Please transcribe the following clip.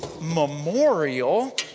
memorial